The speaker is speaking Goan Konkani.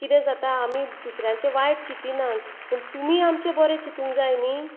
कितें जाता आमी दुसऱ्यााचें वायट चितीनात पूण तुमी आमचें बरें चितूंक जाय न्हय